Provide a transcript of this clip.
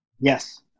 Yes